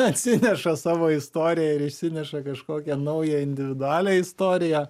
atsineša savo istoriją ir išsineša kažkokią naują individualią istoriją